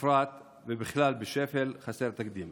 בפרט ובכלל בשפל חסר תקדים.